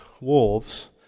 wolves